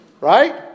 right